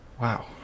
wow